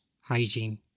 hygiene